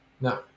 No